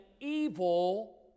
evil